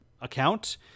account